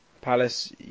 Palace